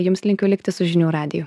jums linkiu likti su žinių radiju